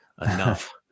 enough